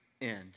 end